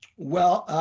well,